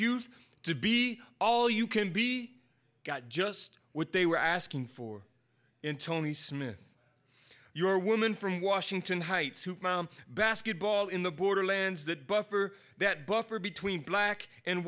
youth to be all you can be got just what they were asking for in tony smith your woman from washington heights basketball in the borderlands that buffer that buffer between black and